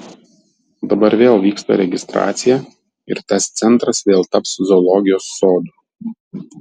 dabar vėl vyksta registracija ir tas centras vėl taps zoologijos sodu